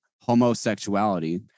homosexuality